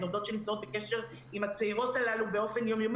אלה עובדות שנמצאות בקשר עם הצעירות הללו באופן יומיומי